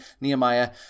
Nehemiah